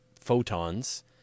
photons